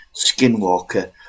Skinwalker